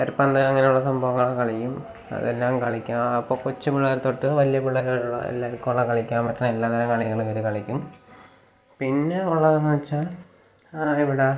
മരപ്പന്ത് അങ്ങനെയുള്ള സംഭവങ്ങളൊക്കെ കളിക്കും അതെല്ലാം കളിക്കാം അപ്പം കൊച്ച് പിള്ളേർ തൊട്ട് വലിയ പിള്ളേർ വരെയുള്ള എല്ലാരും ഒക്കെയുള്ള കളിക്കാൻ പറ്റുന്ന എല്ലാത്തരം കളികളും ഇവർ കളിക്കും പിന്നെ ഉള്ളതെന്ന് വെച്ചാൽ ഇവിടെ